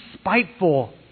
spiteful